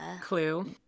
clue